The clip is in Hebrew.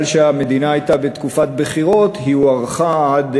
שהמדינה הייתה בתקופת בחירות היא הוארכה עד,